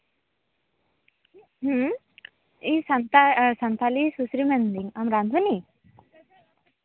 ᱦᱩᱸ ᱤᱧ ᱥᱟᱱᱛᱟᱲ ᱥᱟᱱᱛᱟᱞᱤ ᱥᱩᱥᱨᱤᱢᱟᱧ ᱢᱮᱱᱫᱟᱹᱧ ᱟᱢ ᱨᱟᱫᱷᱩᱱᱤ